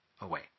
away